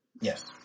Yes